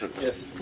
Yes